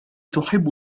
تحب